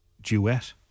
duet